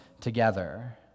together